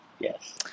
Yes